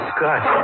Scott